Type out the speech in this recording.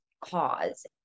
cause